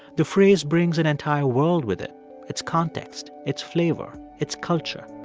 the phrase brings an entire world with it its context, its flavor, its culture.